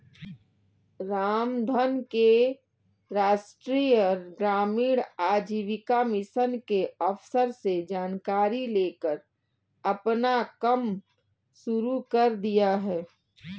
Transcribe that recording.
रामधन ने राष्ट्रीय ग्रामीण आजीविका मिशन के अफसर से जानकारी लेकर अपना कम शुरू कर दिया है